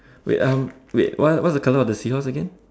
wait um wait what what's the colour of the seahorse again